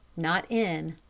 not in,